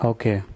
Okay